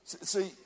See